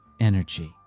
energy